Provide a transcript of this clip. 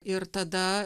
ir tada